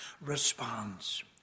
response